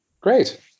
great